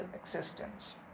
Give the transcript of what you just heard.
existence